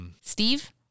Steve